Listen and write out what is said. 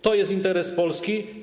To jest interes Polski.